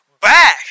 back